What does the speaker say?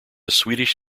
swedish